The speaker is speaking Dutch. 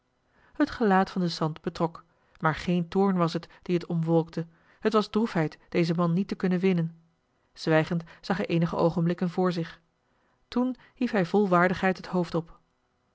het gelaat van den sant betrok maar geen toorn was het die het omwolkte het was droefheid dezen man niet te kunnen winnen zwijgend zag hij eenige oogenblikken voor zich toen hief hij vol waardigheid het hoofd op